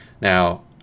Now